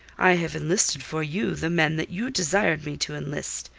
i have enlisted for you the men that you desired me to enlist.